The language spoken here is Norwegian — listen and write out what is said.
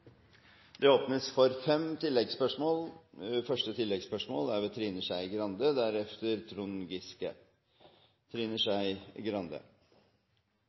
Det åpnes for fem oppfølgingsspørsmål – først Trine Skei Grande.